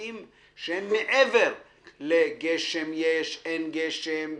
נוספים שהם מעבר ליש גשם, אין גשם,